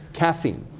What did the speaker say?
caffeine,